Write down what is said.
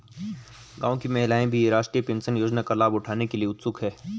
गांव की महिलाएं भी राष्ट्रीय पेंशन योजना का लाभ उठाने के लिए उत्सुक हैं